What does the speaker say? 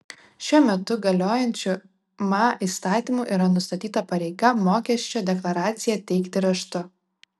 šiuo metu galiojančiu ma įstatymu yra nustatyta pareiga mokesčio deklaraciją teikti raštu